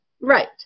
Right